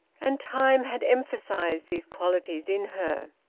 and time had emphasised these qualities in her.